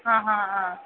ಹಾಂ ಹಾಂ ಹಾಂ